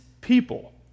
people